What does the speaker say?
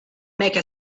make